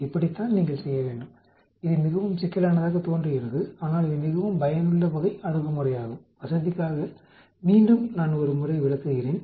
இப்படித்தான் நீங்கள் செய்ய வேண்டும் இது மிகவும் சிக்கலானதாகத் தோன்றுகிறது ஆனால் இது மிகவும் பயனுள்ள வகை அணுகுமுறையாகும் வசதிக்காக மீண்டும் நான் ஒரு முறை விளக்குகிறேன்